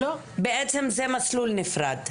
בעצם זה מסלול נפרד.